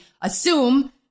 assume